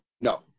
No